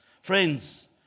Friends